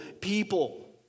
people